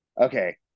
Okay